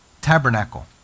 tabernacle